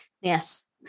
yes